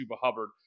Hubbard